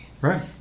right